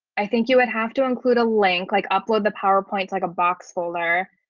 i think you would have to include a link like upload the powerpoints like a box folder,